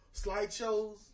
slideshows